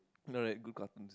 no like good cartoon